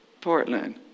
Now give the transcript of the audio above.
Portland